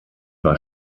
war